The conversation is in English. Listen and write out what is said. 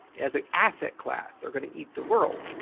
as an asset class are going to eat the world.